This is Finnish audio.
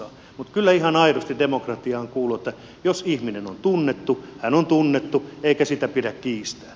mutta kyllä ihan aidosti demokratiaan kuuluu että jos ihminen on tunnettu hän on tunnettu eikä sitä pidä kiistää